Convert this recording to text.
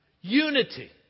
unity